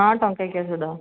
ହଁ ଟଙ୍କିକିଆ ସୁଧ